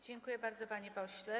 Dziękuję bardzo, panie pośle.